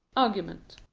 argument.